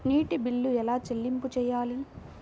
నీటి బిల్లు ఎలా చెల్లింపు చేయాలి?